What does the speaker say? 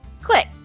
click